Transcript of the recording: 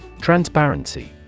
Transparency